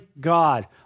God